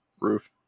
roof